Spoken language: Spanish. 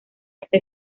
esta